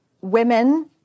women